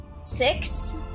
Six